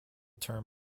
term